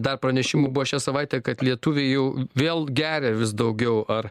dar pranešimų buvo šią savaitę kad lietuviai jau vėl geria vis daugiau ar